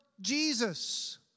Jesus